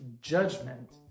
judgment